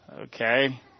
Okay